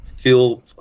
feel